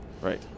Right